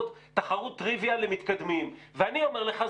תחרות טריוויה למתקדמים ואני אומר לך,